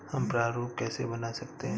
हम प्रारूप कैसे बना सकते हैं?